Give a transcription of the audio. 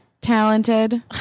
Talented